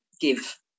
give